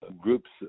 groups